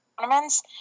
tournaments